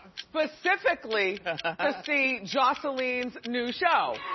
specifically ah see joseline's new show.